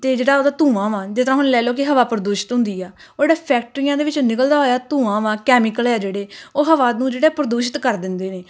ਅਤੇ ਜਿਹੜਾ ਉਹਦਾ ਧੂੰਆਂ ਵਾ ਜਿਸ ਤਰ੍ਹਾਂ ਹੁਣ ਲੈ ਲਓ ਕਿ ਹਵਾ ਪ੍ਰਦੂਸ਼ਿਤ ਹੁੰਦੀ ਆ ਜਿਹੜਾ ਫੈਕਟਰੀਆਂ ਦੇ ਵਿੱਚ ਨਿਕਲਦਾ ਹੋਇਆ ਧੂੰਆਂ ਵਾ ਕੈਮੀਕਲ ਆ ਜਿਹੜੇ ਉਹ ਹਵਾ ਨੂੰ ਜਿਹੜੇ ਪ੍ਰਦੂਸ਼ਿਤ ਕਰ ਦਿੰਦੇ ਨੇ